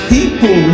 People